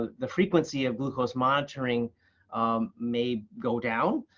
ah the frequency of glucose monitoring may go down.